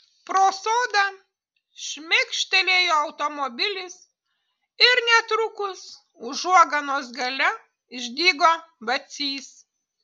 pro sodą šmėkštelėjo automobilis ir netrukus užuoganos gale išdygo vacys